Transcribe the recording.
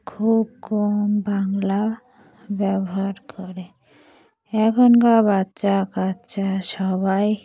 খুব কম বাংলা ব্যবহার করে এখনকার বাচ্চা কাচ্চা সবাই